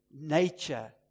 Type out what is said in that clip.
nature